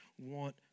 want